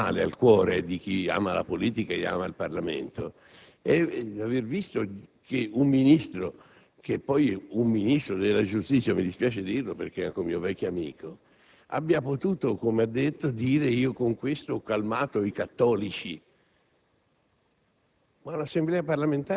Ma ciò che oggi veramente fa male al cuore di chi ama la politica e il Parlamento è l'aver visto che un Ministro, che è poi il Ministro della giustizia (mi dispiace dirlo, perché è anche un mio vecchio amico) abbia potuto affermare: «Io con questo ho calmato i cattolici».